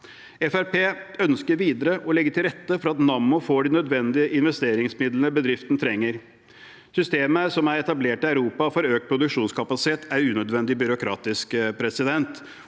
ønsker videre å legge til rette for at Nammo får de nødvendige investeringsmidlene bedriften trenger. Systemet som er etablert i Europa for økt produksjonskapasitet, hvor man etter en søknadsprosess